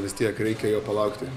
vis tiek reikia jo palaukti